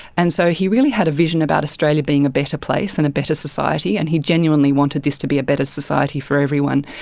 and so he really had a vision about australia being a better place and a better society and he genuinely want this to be a better society for everyone.